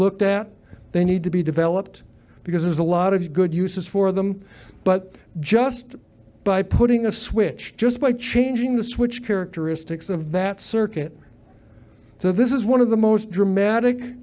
looked at they need to be developed because there's a lot of good uses for them but just by putting a switch just by changing the switch characteristics of that circuit so this is one of the most dramatic